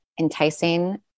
enticing